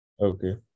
Okay